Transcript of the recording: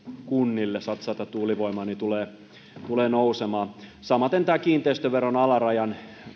kunnille satsata tuulivoimaan tulee nousemaan samaten kiinteistöveron alarajan